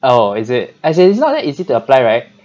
oh is it as in it's not that easy to apply right